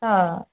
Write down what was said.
অ